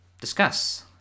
discuss